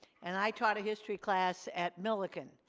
and i taught a history class at millikan.